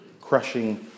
crushing